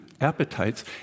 appetites